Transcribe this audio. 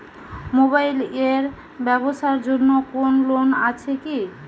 Mobile এর ব্যাবসার জন্য কোন লোন আছে কি?